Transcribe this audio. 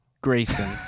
Grayson